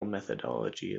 methodology